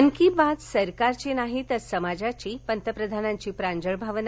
मन की बात सरकारची नाही तर समाजाची पंतप्रधानांची प्रांजळ भावना